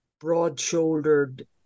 broad-shouldered